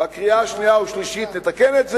בקריאה שנייה ושלישית נתקן את זה.